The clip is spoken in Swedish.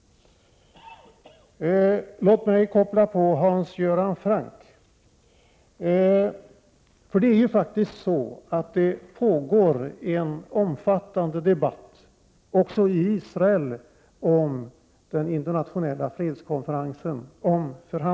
Låt mig knyta an till det som Hans Göran Franck sade. Det pågår faktiskt också i Israel en omfattande debatt om förhandlingar och om en internationell fredskonferens.